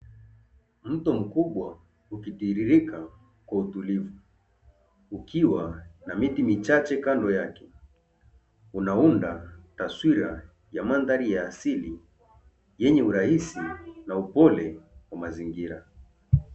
Mto mkubwa ukitiririka kwa utulivu ukiwa na miti michache kando yake, unaunda taswira ya mandhari ya asili yenye urahisi na upole wa mazingira.